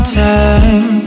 time